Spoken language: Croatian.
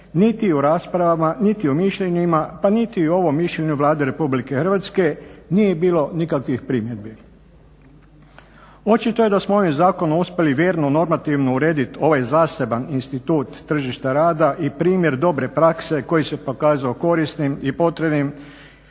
niti u raspravama niti u mišljenjima pa niti u ovom mišljenju Vlade RH nije bilo nikakvih primjedbi. Očito je da smo ovim zakonom uspjeli vjerno normativno urediti ovaj zaseban institut tržišta rada i primjer dobre prakse koji se pokazao korisnim i potrebnim